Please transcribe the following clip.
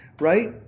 Right